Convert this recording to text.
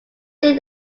think